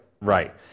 Right